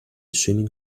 swimming